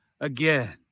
again